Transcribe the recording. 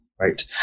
right